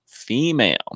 female